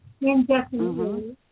indefinitely